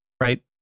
right